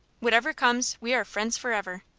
whatever comes, we are friends forever.